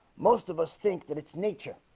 most of us think that it's nature